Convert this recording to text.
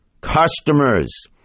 customers